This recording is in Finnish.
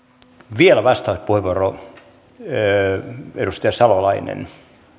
vielä vastauspuheenvuoro edustaja salolainen